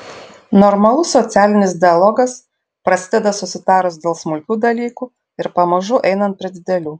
normalus socialinis dialogas prasideda susitarus dėl smulkių dalykų ir pamažu einant prie didelių